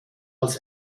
als